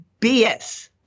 BS